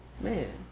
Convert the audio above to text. Man